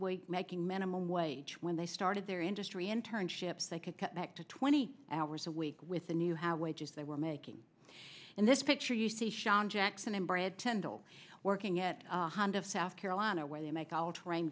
away making minimum wage when they started their industry internships they could cut back to twenty hours a week with a knew how wages they were making in this picture you see sean jackson inbred tendo working at hand of south carolina where they make all terrain